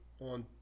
on